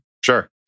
sure